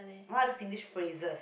what other Singlish phrases